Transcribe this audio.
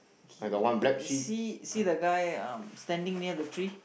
okay see see the guy um standing near the tree